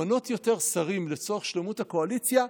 למנות יותר שרים לצורך שלמות הקואליציה,